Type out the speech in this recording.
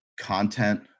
content